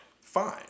Fine